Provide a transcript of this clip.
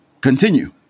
continue